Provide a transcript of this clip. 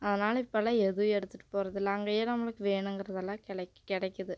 அதனால் இப்போலாம் எதுவும் எடுத்துகிட்டு போகிறதில்ல அங்கேயே நம்மளுக்கு வேணுங்கிறதெல்லாம் கிடைக்குது